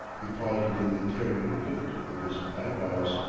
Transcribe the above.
he paused with an interrogative lift of his eyebrows.